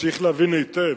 וצריך להבין היטב: